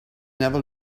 never